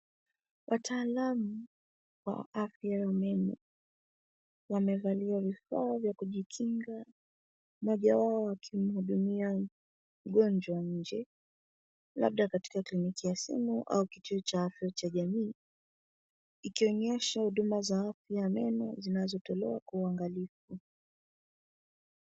Wataalam wa afya ya meno wamevalia vifaa vya kujikinga, mmoja wao akimhudumia mgonjwa nje labda katika kliniki ya simu au kituo cha afya cha jamii ikionyesha huduma za afya ya meno zinazotolewa kwa uangalifu.